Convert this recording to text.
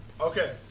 Okay